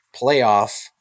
playoff